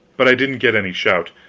but i didn't get any shout.